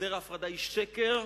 גדר ההפרדה היא שקר,